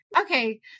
Okay